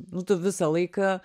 nu tu visą laiką